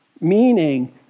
Meaning